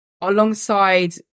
alongside